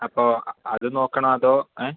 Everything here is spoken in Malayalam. അപ്പൊൾ അത് നോക്കണോ അതോ